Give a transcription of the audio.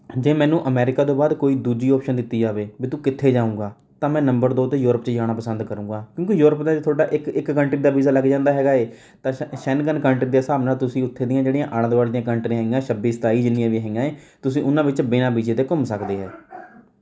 ਜੇ ਮੈਨੂੰ ਅਮੈਰੀਕਾ ਤੋਂ ਬਾਅਦ ਕੋਈ ਦੂਜੀ ਓਪਸ਼ਨ ਦਿੱਤੀ ਜਾਵੇ ਵੀ ਤੂੰ ਕਿੱਥੇ ਜਾਊਂਗਾ ਤਾਂ ਮੈਂ ਨੰਬਰ ਦੋ 'ਤੇ ਯੂਰੋਪ 'ਚ ਜਾਣਾ ਪਸੰਦ ਕਰੂੰਗਾ ਕਿਉਂਕਿ ਯੂਰੋਪ ਦੇ ਵਿੱਚ ਤੁਹਾਡਾ ਇੱਕ ਇੱਕ ਕੰਟਰੀ ਦਾ ਵੀਜ਼ਾ ਲੱਗ ਜਾਂਦਾ ਹੈਗਾ ਏ ਤਾਂ ਸ਼ੈਨ ਸ਼ੈਨਗੰਨ ਕੰਟਰੀ ਦੇ ਹਿਸਾਬ ਨਾਲ ਤੁਸੀਂ ਉੱਥੇ ਦੀਆਂ ਜਿਹੜੀਆਂ ਆਲ਼ੇ ਦੁਆਲ਼ੇ ਦੀਆਂ ਕੰਟਰੀਆਂ ਹੈਗੀਆਂ ਛੱਬੀ ਸਤਾਈ ਜਿੰਨੀਆਂ ਵੀ ਹੈਗੀਆਂ ਹੈ ਤੁਸੀਂ ਉਹਨਾਂ ਵਿੱਚ ਬਿਨ੍ਹਾਂ ਵੀਜ਼ੇ ਤੋਂ ਘੁੰਮ ਸਕਦੇ ਆ